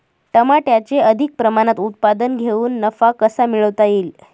टमाट्याचे अधिक प्रमाणात उत्पादन घेऊन नफा कसा मिळवता येईल?